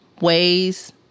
ways